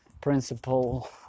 principle